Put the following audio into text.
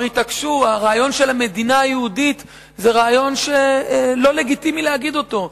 הרעיון של מדינה יהודית זה רעיון שכבר לא לגיטימי להגיד אותו.